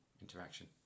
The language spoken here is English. interaction